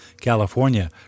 California